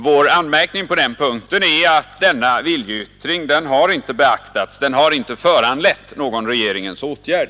Vår anmärkning på den punkten är att denna viljeyttring inte har beaktats och inte heller föranlett någon regeringens åtgärd.